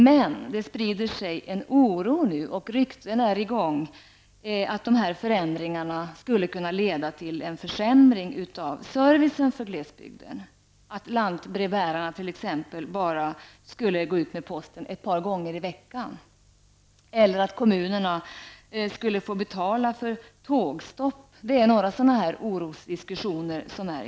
Men det sprider sig en oro och rykten är i gång om att dessa förändringar skulle kunna leda till en försämring av servicen för glesbygden, t.ex. att lantbrevbärarna skulle dela ut posten bara ett par gånger i veckan eller att kommunerna skulle få betala för tågstopp. Det är några av de oroliga diskussioner som förs.